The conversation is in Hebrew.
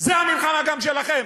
המלחמה גם שלכם.